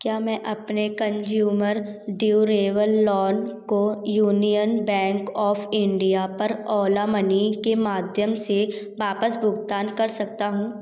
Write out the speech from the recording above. क्या मैं अपने कंज़्यूमर ड्यूरेबल लोन को यूनियन बैंक ऑफ़ इंडिया पर ओला मनी के माध्यम से वापस भुगतान कर सकता हूँ